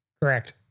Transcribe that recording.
Correct